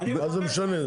מה זה משנה?